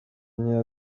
nkeya